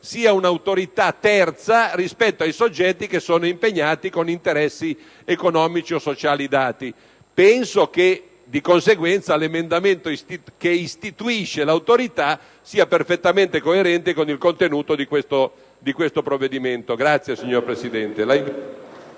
sia un'Autorità terza rispetto ai soggetti che sono impegnati con interessi economici o sociali dati. Di conseguenza, ritengo che l'emendamento che istituisce l'Autorità sia perfettamente coerente con il contenuto di questo provvedimento. *(Applausi dal